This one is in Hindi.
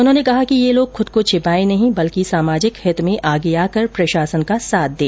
उन्होंने कहा कि ये लोग खुद को छिपाये नहीं बल्कि सामाजिक हित में आगे आकर प्रशासन का साथ दें